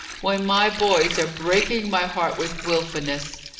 when my boys are breaking my heart with wilfulness.